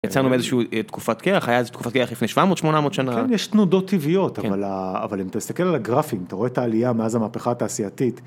יצאנו מאיזושהי תקופת קרח היה איזה תקופת קרח לפני 700-800 שנה יש תנודות טבעיות אבל אם אתה מסתכל על הגרפים אתה רואה את העלייה מאז המהפכה התעשייתית.